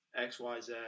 XYZ